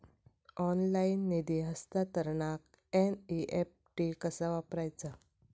Online निधी हस्तांतरणाक NEFT कसा वापरायचा?